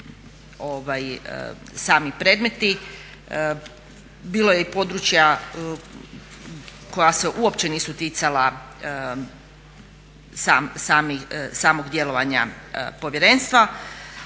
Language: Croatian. sami predmeti, bilo je i područja koja se uopće nisu ticala samog djelovanja povjerenstva